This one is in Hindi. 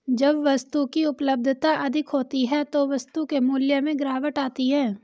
जब वस्तु की उपलब्धता अधिक होती है तो वस्तु के मूल्य में गिरावट आती है